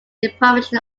deprivation